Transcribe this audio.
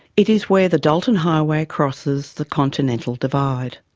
it is where the dalton highway crosses the continental divide.